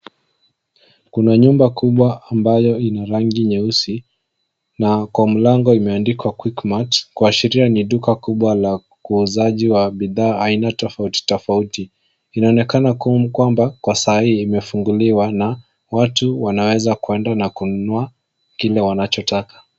Kuna nyumba kubwa ambayo in rangi nyeusi na kwa mlango imeandikwa Quickmart kuashiria ni duka kubwa la uuzaji wa bidhaa aina tofauti tofauti. Inaonekana kwamba kwa sahii imefunguliwa na watu wanaeza kuenda na kununua kile wanachotaka.